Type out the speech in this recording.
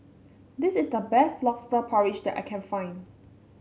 this is the best lobster porridge that I can find